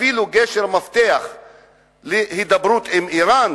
אפילו גשר מפתח להידברות עם אירן,